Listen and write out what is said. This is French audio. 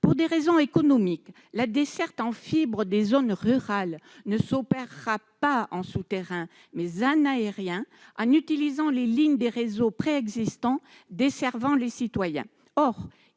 Pour des raisons économiques, la desserte par la fibre des zones rurales ne s'opèrera pas en souterrain, mais en aérien, en utilisant les lignes des réseaux préexistants. Or on constate,